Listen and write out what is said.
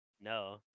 No